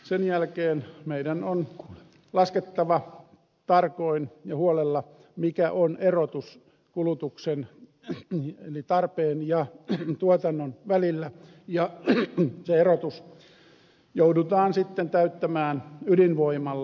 sen jälkeen meidän on laskettava tarkoin ja huolella mikä on erotus kulutuksen eli tarpeen ja tuotannon välillä ja se erotus joudutaan sitten täyttämään ydinvoimalla